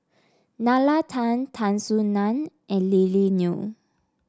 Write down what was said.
Nalla Tan Tan Soo Nan and Lily Neo